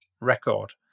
record